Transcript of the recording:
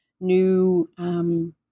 new